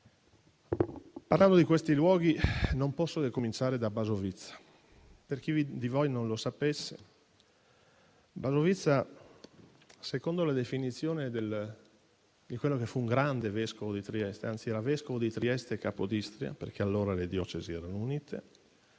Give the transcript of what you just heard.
Parlando di questi luoghi, non posso che cominciare da Basovizza. Per chi di voi non lo sapesse, Basovizza, secondo la definizione di quello che fu un grande vescovo di Trieste (anzi, era vescovo di Trieste e Capodistria, perché allora le diocesi erano unite),